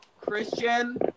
Christian